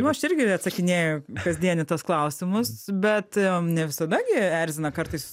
nu aš irgi atsakinėju kasdien į tuo klausimus bet em ne visada gi erzina kartais